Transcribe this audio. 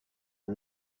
com